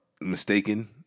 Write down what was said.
mistaken